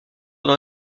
dans